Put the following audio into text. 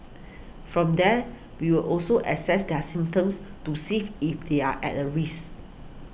from there we'll also assess their symptoms to safe if they're at a risk